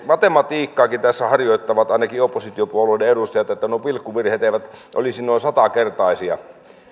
matematiikkaakin tässä harjoittaisivat ainakin oppositiopuolueiden edustajat jotta nuo pilkkuvirheet eivät olisi noin satakertaisia